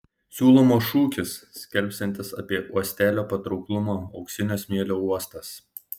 siūlomas šūkis skelbsiantis apie uostelio patrauklumą auksinio smėlio uostas